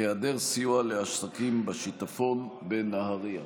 היעדר סיוע לעסקים בשיטפון בנהריה.